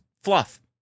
fluff